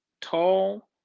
tall